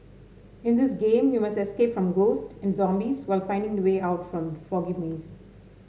in this game you must escape from ghosts and zombies while finding the way out from the foggy maze